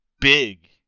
big